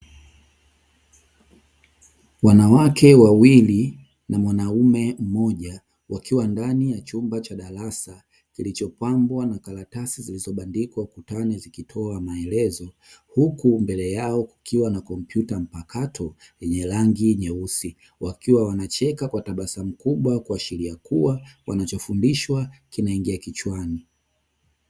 Wanawake wawili na mwanaume mmoja wakiwa ndani ya chumba cha darasa kilichopambwa na karatasi zilizobandikwa ukutani zikitoa maelezo, huku mbele yao kukiwa na kompyuta mpakato yenye rangi nyeusi. Wakiwa wanacheka kwa tabasamu kubwa kuashiria yakuwa wanachofundishwa kinaingia kichwani.